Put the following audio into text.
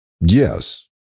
yes